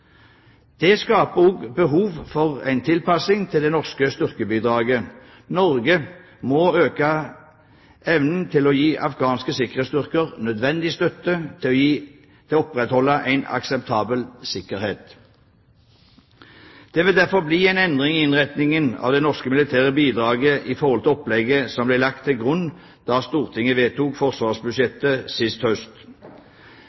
Det skaper også behov for en tilpasning av det norske styrkebidraget. Norge må øke evnen til å gi afghanske sikkerhetsstyrker nødvendig støtte til å opprettholde en akseptabel sikkerhet. Det vil derfor bli en endring i innretningen av det norske militære bidraget i forhold til opplegget som ble lagt til grunn da Stortinget vedtok